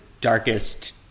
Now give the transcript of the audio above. darkest